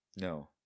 No